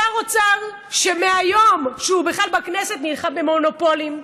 שר אוצר שמהיום שהוא בכלל בכנסת נלחם במונופולים,